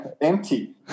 empty